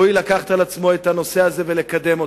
שהואיל לקחת על עצמו את הנושא הזה ולקדם אותו.